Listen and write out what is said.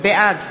בעד